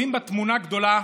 ורואים בה תמונה גדולה,